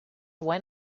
when